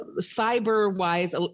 cyber-wise